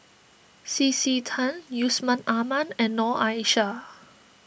C C Tan Yusman Aman and Noor Aishah